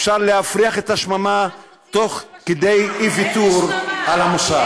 אפשר להפריח את השממה תוך כדי אי-ויתור על המוסר.